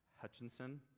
Hutchinson